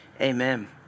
Amen